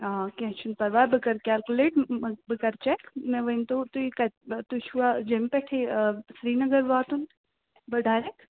آ کیٚنٛہہ چھُنہٕ پرواے بہٕ کٔرٕ کلکُلیٹ بہٕ کٔرٕ چیک مےٚ ؤنۍتو تُہۍ کتہِ تُہۍ چھِوا جوٚمہِ پٮ۪ٹھٕے آ سریٖنگر واتُن با ڈایریکٹ